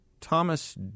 Thomas